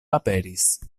aperis